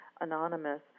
anonymous